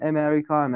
America